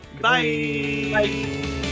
Bye